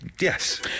yes